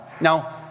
Now